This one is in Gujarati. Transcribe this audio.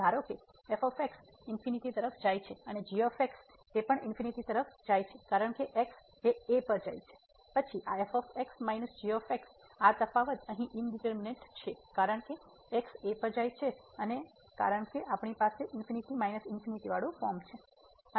તો ધારો કે f ઇન્ફિનિટિ તરફ જાય છે અને g ઇન્ફિનિટિ તરફ જાય છે કારણ કે x a પર જાય છે પછી આ f માઇનસ g આ તફાવત અહીં ઈંડિટરમિનેટ છે કારણ કે x a પર જાય છે અને કારણ કે આપણી પાસે ફોર્મ છે